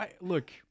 Look